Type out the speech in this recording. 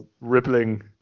rippling